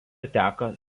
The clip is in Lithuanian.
teka